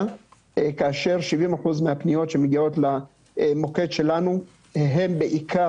כאשר 70 אחוזים מהפניות שמגיעות למוקד שלנו הן בעיקר